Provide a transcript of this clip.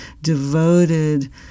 devoted